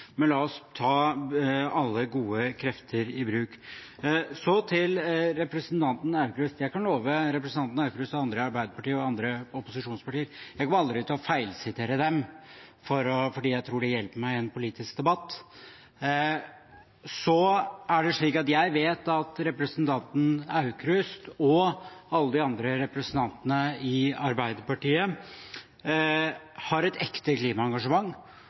men la oss ta alle gode krefter i bruk. Så til representanten Aukrust: Jeg kan love representanten Aukrust og andre i Arbeiderpartiet og andre opposisjonspartier at jeg aldri kommer til å feilsitere dem fordi jeg tror det hjelper meg i en politisk debatt. Jeg vet at representanten Aukrust og alle de andre representantene i Arbeiderpartiet har et ekte klimaengasjement,